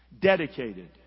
Dedicated